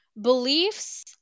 Beliefs